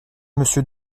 monsieur